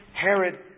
Herod